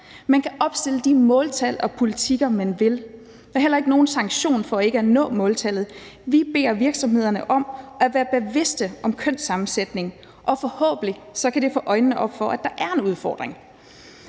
Man kan opstille de måltal og politikker, man vil. Der er heller ikke nogen sanktion for ikke at nå måltallet. Vi beder virksomhederne om at være bevidste om kønssammensætningen, og forhåbentlig kan det få folks øjne op for, at der er en udfordring.